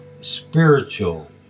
spiritual